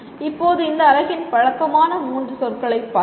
இப்போது இந்த அலகில் பழக்கமான மூன்று சொற்களைப் பார்த்தோம்